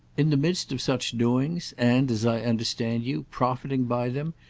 in the midst of such doings and, as i understand you, profiting by them,